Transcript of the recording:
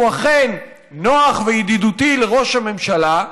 שהוא אכן נוח וידידותי לראש הממשלה,